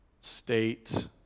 state